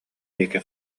диэки